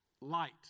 light